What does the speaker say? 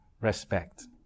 respect